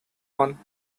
one